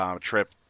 trip